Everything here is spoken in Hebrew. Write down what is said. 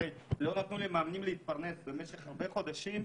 הרי לא נתנו למאמנים להתפרנס במשך הרבה חודשים.